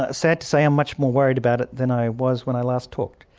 ah sad to say i'm much more worried about it than i was when i last talked,